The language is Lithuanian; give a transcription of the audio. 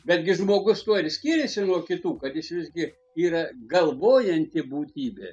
betgi žmogus tuo ir skiriasi nuo kitų kad jis visgi yra galvojanti būtybė